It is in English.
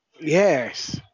Yes